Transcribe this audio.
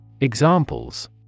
Examples